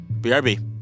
BRB